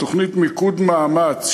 בתוכנית מיקוד מאמץ,